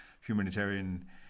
humanitarian